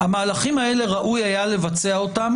המהלכים האלה, ראוי היה לבצע אותם